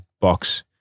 box